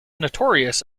notorious